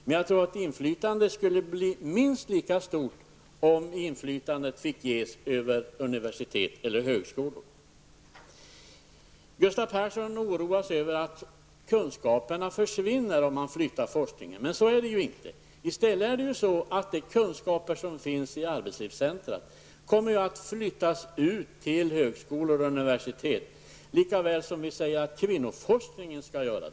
Men jag tror att inflytandet skulle bli minst lika stort om inflytandet gavs över universitet och högskolor. Gustav Persson oroar sig över att kunskaperna försvinner om forskningen flyttas. Så är det inte. I stället kommer de kunskaper som finns vid arbetslivscentrum att flyttas ut till högskolor och universitet, likväl som vi säger att kvinnoforskningen skall flyttas.